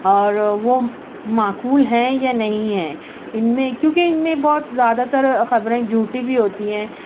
اور وہ معقول ہیں یا نہیں ہیں ان میں کیونکہ ان میں بہت زیادہ تر خبریں جھوٹی بھی ہوتی ہیں